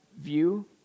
view